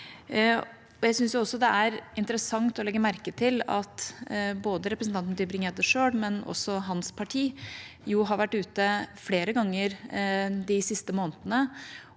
Jeg syns også det er interessant å legge merke til at både representanten Tybring-Gjedde selv og hans parti har vært ute flere ganger de siste månedene